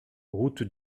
route